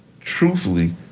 truthfully